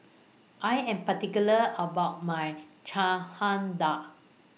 I Am particular about My Dal